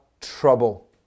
trouble